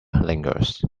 lingers